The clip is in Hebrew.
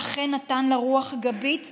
ואכן נתן לה רוח גבית,